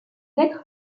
être